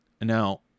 Now